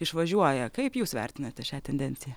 išvažiuoja kaip jūs vertinate šią tendenciją